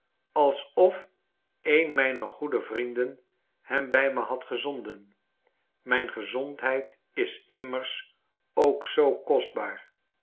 alsof een mijner goede vrienden hem bij me had gezonden mijn gezondheid is immers ook zoo kostbaar